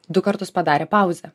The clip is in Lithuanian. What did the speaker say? du kartus padarė pauzę